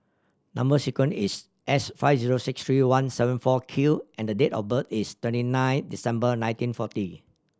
number sequence is S five zero six three one seven four Q and date of birth is twenty nine December nineteen forty